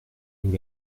nous